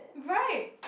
right